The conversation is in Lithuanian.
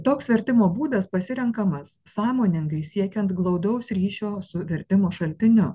toks vertimo būdas pasirenkamas sąmoningai siekiant glaudaus ryšio su vertimo šaltiniu